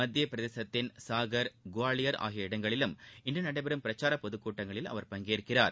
மத்தியப்பிரதேசத்தின் சாகர் குவாலியர் ஆகிய இடங்களிலும் இன்று நடைபெறும் பிரச்சார பொதுக்கூட்டங்களில் அவர் பங்கேற்கிறார்